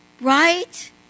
Right